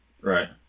Right